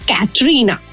Katrina